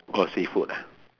orh seafood ah